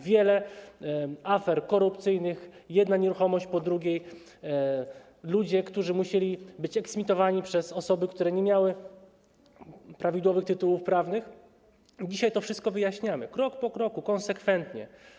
Wiele afer korupcyjnych, jedna nieruchomość pod drugiej, ludzie którzy musieli być eksmitowani przez osoby, które nie miały prawidłowych tytułów prawnych - dzisiaj to wszystko wyjaśniamy, krok po kroku, konsekwentnie.